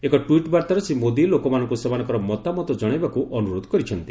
ଏକ ଟ୍ୱିଟ୍ବାର୍ତ୍ତାରେ ଶ୍ରୀ ମୋଦୀ ଲୋକମାନଙ୍କୁ ସେମାନଙ୍କର ମତାମତ ଜଶାଇବାକୁ ଅନୁରୋଧ କରିଛନ୍ତି